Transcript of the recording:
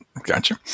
Gotcha